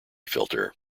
filter